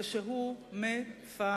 זה שהוא מ-פ-ח-ד.